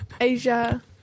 Asia